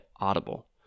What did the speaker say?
Audible